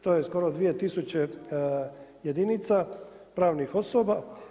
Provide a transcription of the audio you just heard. To je skoro 2000 jedinica, pravnih osoba.